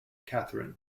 katherine